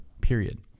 period